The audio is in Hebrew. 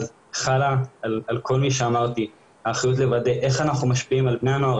חלה על כל מי שאמרתי האחריות לוודא איך אנחנו משפיעים על בני הנוער,